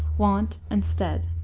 wont, and stead.